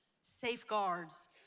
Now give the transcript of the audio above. safeguards